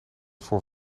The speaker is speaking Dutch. voor